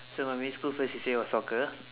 so my primary school first C_C_A was soccer